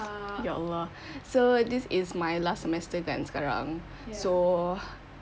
ya !alah! so this is my last semester kan sekarang so